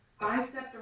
Bicep